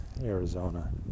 Arizona